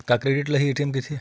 का क्रेडिट ल हि ए.टी.एम कहिथे?